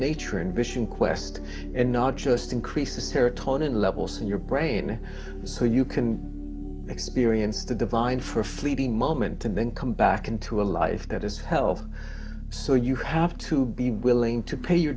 nature and vision quest and not just increases her tone and levels in your brain so you can experience the divine for a fleeting moment and then come back into a life that is healthy so you have to be willing to pay your